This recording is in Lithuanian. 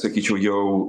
sakyčiau jau